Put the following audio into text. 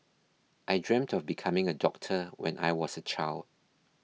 I dreamt of becoming a doctor when I was a child